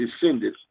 descended